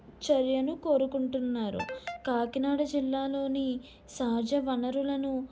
చర్యను కోరుకుంటున్నారు కాకినాడ జిల్లాలోని సహజ వనరులను